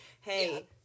hey